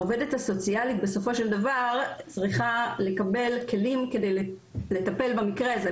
העו"סית בסופו של דבר צריכה לקבל כלים כדי לטפל במקרה הזה,